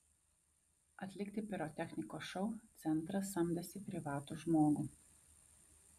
atlikti pirotechnikos šou centras samdėsi privatų žmogų